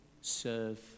serve